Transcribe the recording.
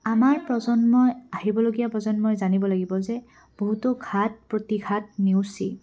আমাৰ প্ৰজন্মই আহিবলগীয়া প্ৰজন্মই জানিব লাগিব যে বহুতো ঘাত প্ৰতিঘাত নেওচি